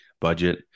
budget